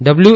W